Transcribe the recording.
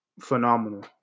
phenomenal